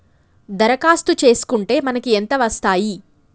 దరఖాస్తు చేస్కుంటే మనకి ఎంత వస్తాయి?